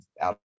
out